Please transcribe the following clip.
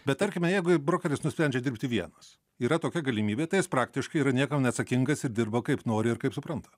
bet tarkime jeigu brokeris nusprendžia dirbti vienas yra tokia galimybė tai jis praktiškai yra niekam neatsakingas ir dirba kaip nori ir kaip supranta